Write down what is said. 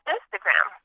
Instagram